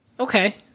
Okay